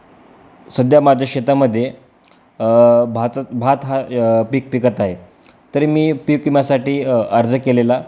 सध्या माझ्या शेतामध्ये भाताचं भात हा पीक पिकत आहे तरी मी पीक विम्यासाठी अर्ज केलेला